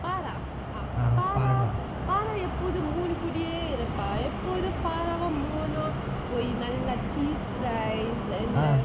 பாறா பாறா paaraa எப்பாதும்:paaraa paaraa paaraa eppothum moon uh கூடையே இருப்பான் எப்போதும் பாறாவும்:koodaiyae iruppan eppothum paaraavum moon um போய் நல்ல:poi nalla cheese fries